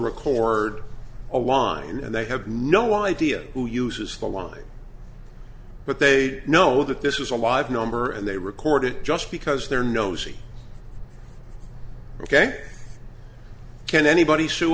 record a line and they have no idea who uses the line but they know that this is a live number and they record it just because they're nosy ok can anybody s